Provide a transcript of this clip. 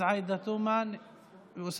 אז עאידה תומא בעד.